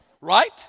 Right